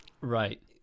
Right